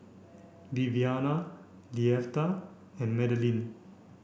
Viviana Leatha and Madilynn